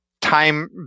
time